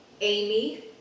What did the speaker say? Amy